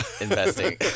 investing